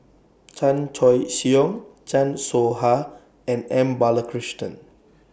Chan Choy Siong Chan Soh Ha and M Balakrishnan